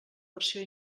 versió